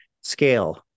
scale